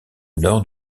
nord